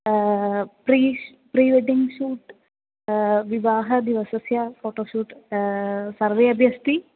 pre pre wedding shoot विवाहदिवसस्य photoshoot सर्वे अपि अस्ति